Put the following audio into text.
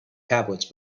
tablets